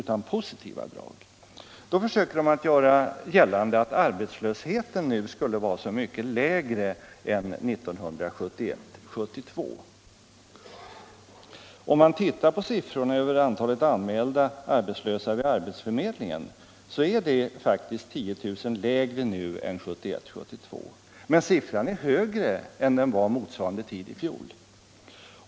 Då försöker mittenpartierna göra gällande att arbetslösheten nu skulle vara så mycket lägre än 1971-1972. Om man ser på siffrorna över antalet anmälda arbetslösa vid arbetsförmedlingen, så är det faktiskt 10 000 lägre nu än 1971-1972, men siffran är högre än den var motsvarande tid i fjol.